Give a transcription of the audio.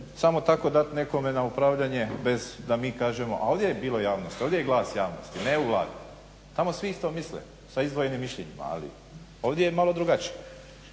samo tako dati nekome na upravljanje bez da mi kažemo, a ovdje je bila javnost, ovdje je glas javnosti, ne u Vladi. Tamo svi isto misle, sa izdvojenim mišljenjima, ali ovdje je malo drugačije.